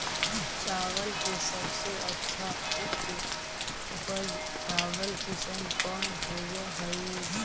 चावल के सबसे अच्छा उच्च उपज चावल किस्म कौन होव हई?